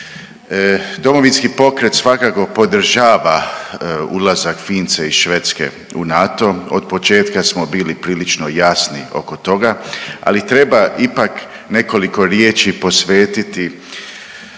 Domovinski pokret svakako podržava ulazak Finske i Švedske u NATO. Od početka smo bili prilično jasni oko toga, ali treba ipak nekoliko riječi posvetiti